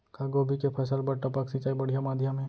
का गोभी के फसल बर टपक सिंचाई बढ़िया माधयम हे?